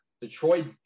Detroit